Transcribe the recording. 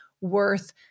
worth